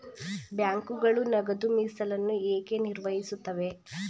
ಬ್ಯಾಂಕುಗಳು ನಗದು ಮೀಸಲನ್ನು ಏಕೆ ನಿರ್ವಹಿಸುತ್ತವೆ?